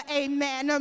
amen